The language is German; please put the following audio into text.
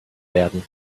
werden